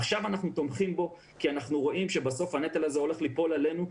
עכשיו אנחנו תומכים בו כי אנחנו רואים שבסוף הנטל הזה הולך ליפול עלינו,